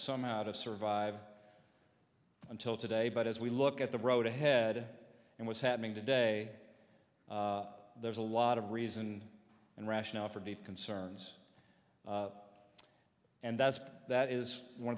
somehow to survive until today but as we look at the road ahead and what's happening today there's a lot of reason and rationale for deep concerns and that's that is one